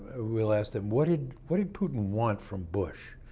ah we'll ask them what did what did putin want from bush?